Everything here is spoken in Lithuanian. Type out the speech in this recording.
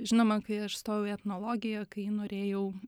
žinoma kai aš stojau į etnologiją kai norėjau